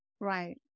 Right